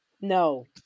no